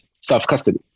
self-custody